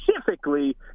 specifically